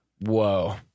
Whoa